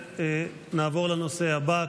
נעבור לנושא הבא.